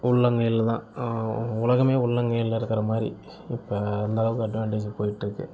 உள்ளங்கையில்தான் உலகமே உள்ளங்கையில் இருக்கிற மாதிரி இப்போஅந்தளவுக்கு அட்வான்டேஜ் போயிட்டிருக்கு